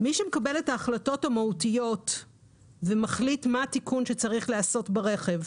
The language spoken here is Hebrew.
מי שמקבל את ההחלטות המהותיות ומחליט מה התיקון שצריך לעשות ברכב,